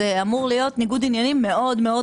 זה אמור להיות ניגוד עניינים מאוד-מאוד